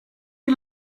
you